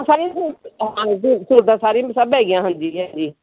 ਸਾਰੀਆਂ ਸਹੂਲ ਹਾਂਜੀ ਸਹੂਲਤਾਂ ਸਾਰੀਆਂ ਸਭ ਹੈਗੀਆਂ ਹਾਂਜੀ ਹਾਂਜੀ